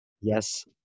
Yes